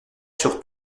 sur